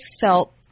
felt